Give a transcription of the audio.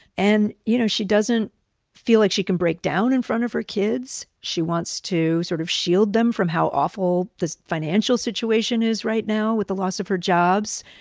and, you know, she doesn't feel like she can break down in front of her kids. she wants to sort of shield them from how awful this financial situation is right now with the loss of her jobs.